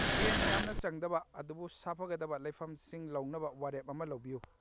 ꯁꯦꯟ ꯌꯥꯝꯅ ꯆꯪꯗꯕ ꯑꯗꯨꯕꯨ ꯁꯥꯐꯒꯗꯕ ꯂꯩꯐꯝꯁꯤꯡ ꯂꯧꯅꯕ ꯋꯥꯔꯦꯞ ꯑꯃ ꯂꯧꯕꯤꯌꯨ